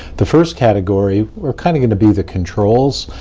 the first category are kind of going to be the controls.